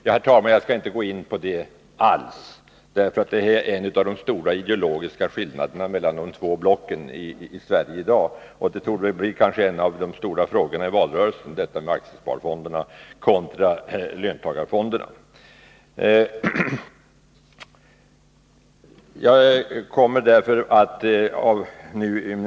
Jag skall inte alls gå in på den frågan nu, därför att det ju här rör sig om de ideologiska skillnader som finns när det gäller de två blocken i svensk politik. Just frågan om aktiesparfonderna kontra löntagarfonderna torde bli en av de stora frågorna i valrörelsen.